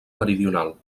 meridional